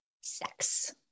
sex